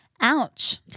Ouch